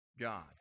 God